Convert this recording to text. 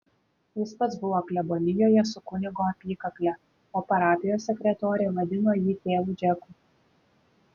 jis pats buvo klebonijoje su kunigo apykakle o parapijos sekretorė vadino jį tėvu džeku